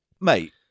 Mate